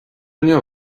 anseo